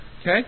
Okay